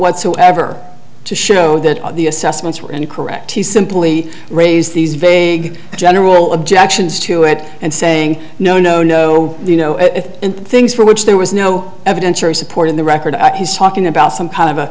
whatsoever to show that the assessments were any correct he simply raise these vague general objections to it and saying no no no you know if and things for which there was no evidentiary support in the record he's talking about some kind of